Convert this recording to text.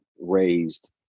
raised